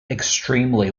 extremely